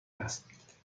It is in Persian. هست